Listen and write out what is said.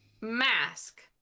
mask